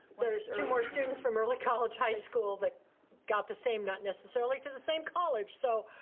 there's two more students from early college high school that got the same, not necessarily to the same college, so,